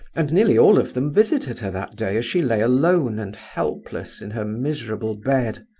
and nearly all of them visited her that day as she lay alone and helpless in her miserable bed.